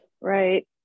Right